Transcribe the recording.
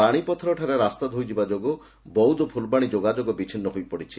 ରାଣୀପଥର ଠାରେ ରାସ୍ତା ଧୋଇଯିବା ଯୋଗୁଁ ବୌଦ୍ଧ ଫୁଲବାଶୀ ଯୋଗାଯୋଗ ବିଛିନ୍ନ ହୋଇପଡିଛି